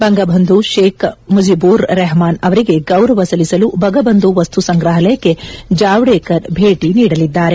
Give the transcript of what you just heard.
ಬಂಗಬಂಧು ಷೇಕ್ ಮಜಿಬೂರ್ ರೆಹಮಾನ್ ಅವರಿಗೆ ಗೌರವ ಸಲ್ಲಿಸಲು ಬಂಗಬಂಧು ವಸ್ತುಸಂಗ್ರಾಹಲಯಕ್ಕೆ ಜಾವಡೇಕರ್ ಭೇಟಿ ನೀಡಲಿದ್ದಾರೆ